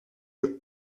ihr